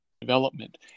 development